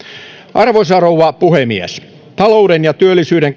arvoisa rouva puhemies talouden ja työllisyyden